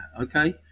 Okay